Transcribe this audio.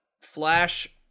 Flash